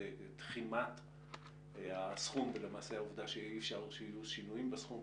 תחימת הסכום והעובדה שאי אפשר שיהיו שינויים בסכום,